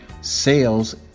Sales